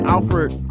Alfred